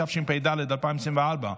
התשפ"ד 2024,